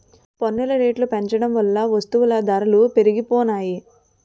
పన్ను రేట్లు పెంచడం వల్ల వస్తువుల ధరలు పెరిగిపోనాయి